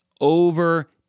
over